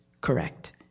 correct